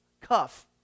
cuff